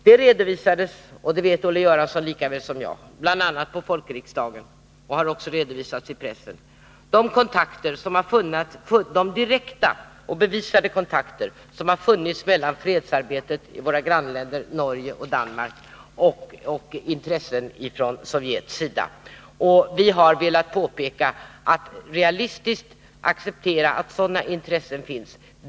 Det redovisades — och det vet Olle Göransson lika väl som jag — på folkriksdagen och det har också redovisats i pressen, att det funnits direkta och bevisade kontakter mellan fredsarbetet i våra grannländer Norge och Danmark och intressen från Sovjets sida. Vi har velat påpeka att sådana intressen finns.